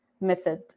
method